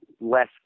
less